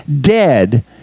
dead